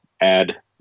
add